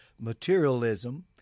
materialism